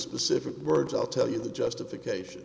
specific words i'll tell you the justification